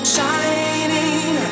Shining